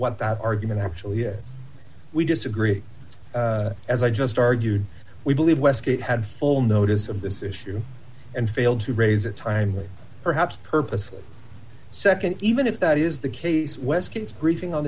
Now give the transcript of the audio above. what that argument actually yes we disagree as i just argued we believe westgate had full notice of this issue and failed to raise a timely perhaps purposely nd even if that is the case weskits briefing on